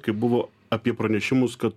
kai buvo apie pranešimus kad